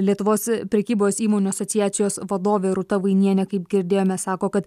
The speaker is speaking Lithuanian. lietuvos prekybos įmonių asociacijos vadovė rūta vainienė kaip girdėjome sako kad